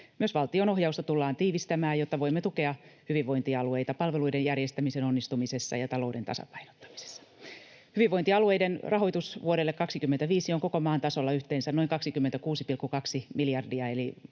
Myös valtionohjausta tullaan tiivistämään, jotta voimme tukea hyvinvointialueita palveluiden järjestämisen onnistumisessa ja talouden tasapainottamisessa. Hyvinvointialueiden rahoitus vuodelle 25 on koko maan tasolla yhteensä noin 26,2 miljardia